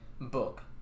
book